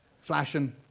Flashing